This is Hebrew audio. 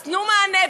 אז תנו מענה,